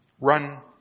run